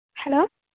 hello